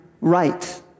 right